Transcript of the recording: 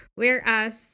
whereas